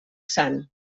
sant